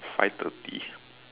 five thirty